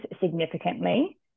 significantly